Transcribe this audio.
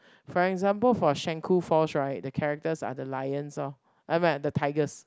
for example for Shenkuu falls right the characters are the lions loh the tigers